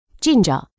Ginger